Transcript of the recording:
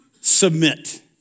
submit